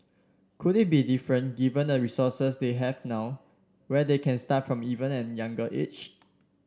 could it be different given the resources they have now where they can start from even younger age